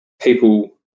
people